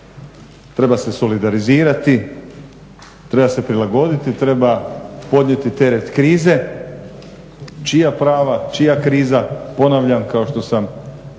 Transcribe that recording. treba se solidarizirati, treba se prilagoditi i treba podnijeti teret krize. Čija prava, čija kriza, ponavljam kao što sam i